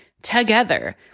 together